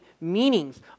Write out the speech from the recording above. meanings